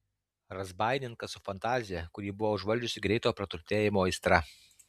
razbaininkas su fantazija kurį buvo užvaldžiusi greito praturtėjimo aistra